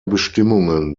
bestimmungen